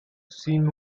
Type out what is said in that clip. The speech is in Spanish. sin